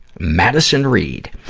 madison reed.